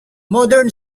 modern